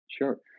Sure